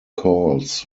calls